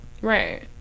Right